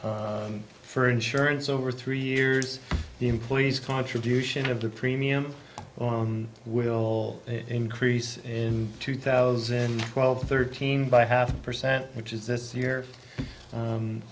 percent for insurance over three years the employee's contribution of the premium on will increase in two thousand twelve thirteen by half percent which is this year